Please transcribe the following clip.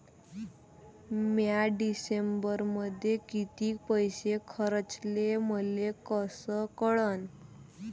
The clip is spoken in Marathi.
म्या डिसेंबरमध्ये कितीक पैसे खर्चले मले कस कळन?